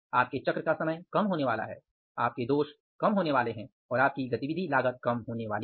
आपके चक्र का समय कम होने वाला है आपके दोष कम होने वाले हैं और आपकी गतिविधि लागत कम होने वाली है